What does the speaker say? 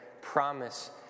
promise